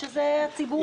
שזה הציבור בכללותו.